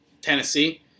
Tennessee